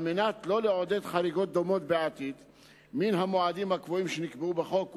כדי לא לעודד חריגות דומות מן המועדים הקבועים בחוק בעתיד,